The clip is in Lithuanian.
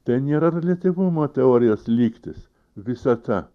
ten yra reliatyvumo teorijos lygtys visata